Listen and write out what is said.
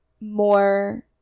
more